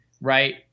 right